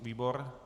Výbor?